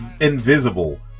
invisible